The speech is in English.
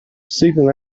signal